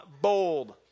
bold